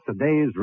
today's